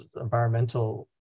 environmental